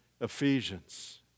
Ephesians